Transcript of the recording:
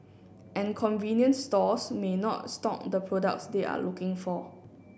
and convenience stores may not stock the products they are looking for